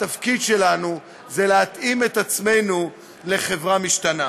התפקיד שלנו זה להתאים את עצמנו לחברה משתנה.